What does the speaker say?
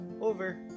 over